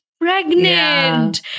pregnant